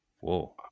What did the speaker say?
Whoa